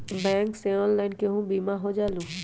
Bank से online केहु बिमा हो जाईलु?